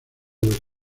los